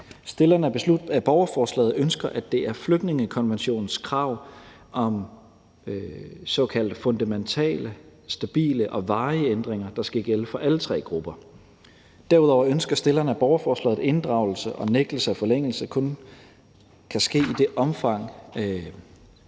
Stillerne af borgerforslaget ønsker, at det er flygtningekonventionens krav om såkaldte fundamentale, stabile og varige ændringer, der skal gælde for alle tre grupper. Derudover ønsker stillerne af borgerforslaget, at inddragelse og nægtelse af forlængelse kun kan ske i det omfang,